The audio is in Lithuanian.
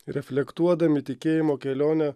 reflektuodami tikėjimo kelionę